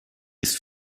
ist